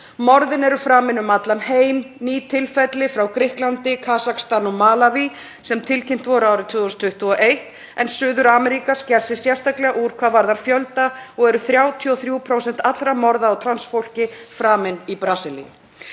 Morðin eru framin um allan heim. Ný tilfelli frá Grikklandi, Kasakstan og Malaví voru tilkynnt árið 2021, en Suður-Ameríka sker sig sérstaklega úr hvað varðar fjölda og eru 33% allra morða á trans fólki framin í Brasilíu.